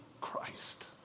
Christ